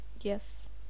Yes